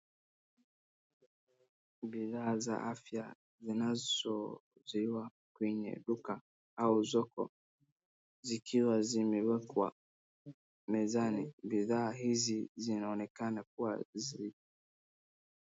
Bidhaa za afya zinazouziwa kwenye duka au soko zikiwa zimewekwa mezani. Bidhaa hizi zinaonekana kuwa zi...